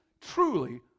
truly